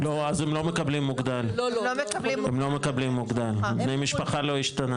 לא, אז הם לא מקבלים מוגדל, בני משפחה לא השתנה.